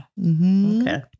okay